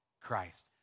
Christ